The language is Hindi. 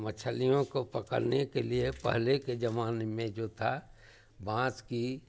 मछलियों को पकड़ने के लिए पहले के ज़माने में जो था बाँस की